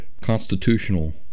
constitutional